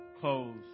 close